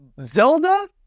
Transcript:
Zelda